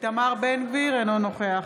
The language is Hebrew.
אינו נוכח